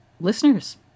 listeners